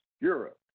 Europe